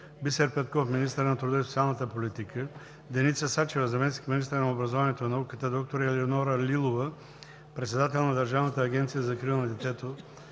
Бисер Петков – министър на труда и социалната политика, Деница Сачева – заместник-министър на образованието и науката, доктор Елеонора Лилова – председател на Държавната агенция за закрила на детето,